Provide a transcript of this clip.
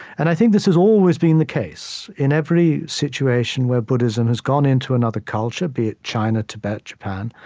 and i think this has always been the case. in every situation where buddhism has gone into another culture, be it china, tibet, japan,